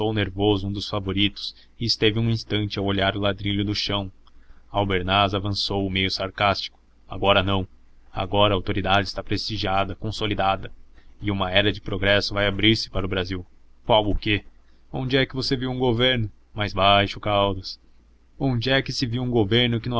nervoso um dos favoritos e esteve um instante a olhar o ladrilho do chão albernaz avançou meio sarcástico agora não agora a autoridade está prestigiada consolidada e uma era de progresso vai abrir-se para o brasil qual o quê onde é que você viu um governo mais baixo caldas onde é que se viu um governo que